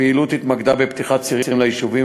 הפעילות התמקדה בפתיחת צירים ליישובים,